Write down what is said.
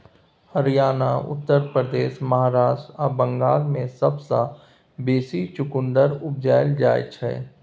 हरियाणा, उत्तर प्रदेश, महाराष्ट्र आ बंगाल मे सबसँ बेसी चुकंदर उपजाएल जाइ छै